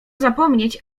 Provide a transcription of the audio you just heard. zapomnieć